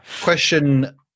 Question